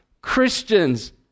Christians